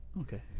Okay